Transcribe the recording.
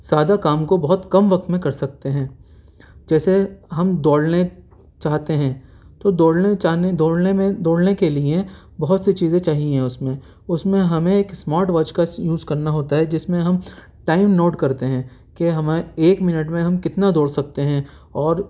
زیادہ کام کو بہت کم وقت میں کر سکتے ہیں جیسے ہم دوڑنے چاہتے ہیں تو دوڑنے چاہنے دوڑنے میں دوڑنے کے لیے بہت سی چیزیں چاہئیں اس میں اس میں ہمیں ایک اسمارٹ واچ کا یوز کرنا ہوتا ہے جس میں ہم ٹائم نوٹ کرتے ہیں کہ ہمیں ایک منٹ میں ہم کتنا دوڑ سکتے ہیں اور